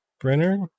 Brenner